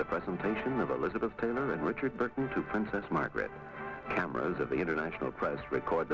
the presentation of elizabeth taylor and richard burton to princess margaret cameras of the international press record